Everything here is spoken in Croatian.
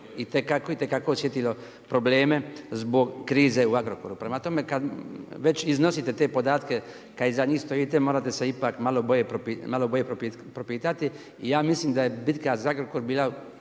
itekako osjetilo probleme zbog krize u Agrokoru. Prema tome, kad već iznosite te podatke, kad iza njih stojite morate se ipak malo bolje propitati. I ja mislim da je bitka za Agrokor bila